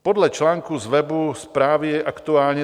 Podle článku z webu zprávy Aktuálně.